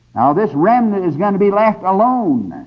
now, this remnant is going to be left alone,